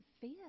fear